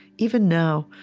even now,